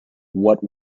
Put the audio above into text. what